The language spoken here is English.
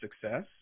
success